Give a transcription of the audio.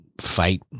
fight